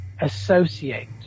associate